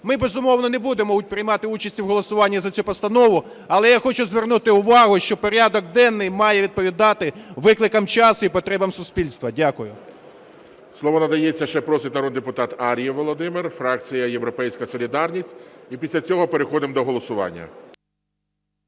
Ми, безумовно, не будемо приймати участь у голосуванні за цю постанову. Але я хочу звернути увагу, що порядок денний має відповідати викликам часу і потребам суспільства. Дякую. ГОЛОВУЮЧИЙ. Слово надається, ще просить народний депутат Ар'єв Володимир, фракція "Європейська солідарність", і після цього переходимо до голосування.